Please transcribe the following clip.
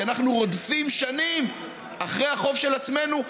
כי אנחנו רודפים שנים אחרי החוב של עצמנו.